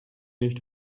nicht